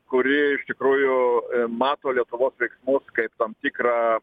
kuri iš tikrųjų mato lietuvos mus kaip tam tikrą